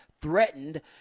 threatened